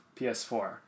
PS4